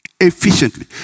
Efficiently